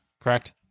correct